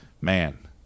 man